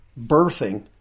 birthing